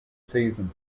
season